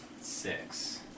Six